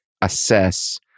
assess